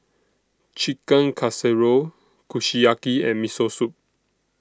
Chicken Casserole Kushiyaki and Miso Soup